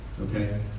Okay